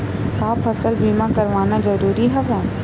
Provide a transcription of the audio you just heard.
का फसल बीमा करवाना ज़रूरी हवय?